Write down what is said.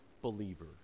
believer